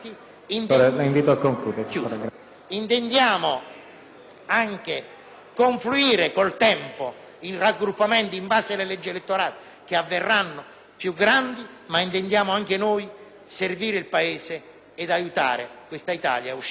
in raggruppamenti più grandi, in base alle leggi elettorali che saranno approvate, ma intendiamo anche noi servire il Paese e aiutare questa Italia a uscire dalla crisi. Questa finanziaria merita un secco no perché non va in quella direzione.